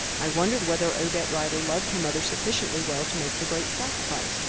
i wondered whether odette rider loved her mother sufficiently well to make the great sacrifice,